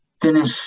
finish